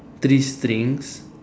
three strings